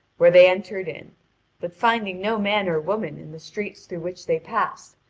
where they entered in but finding no man or woman in the streets through which they passed,